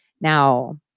Now